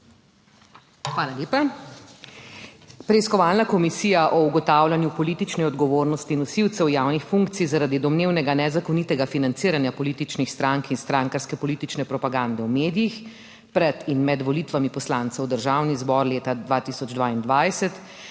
Hvala lepa. Preiskovalna komisija o ugotavljanju politične odgovornosti nosilcev javnih funkcij zaradi domnevnega nezakonitega financiranja političnih strank in strankarske politične propagande v medijih pred in med volitvami poslancev v Državni zbor leta 2022,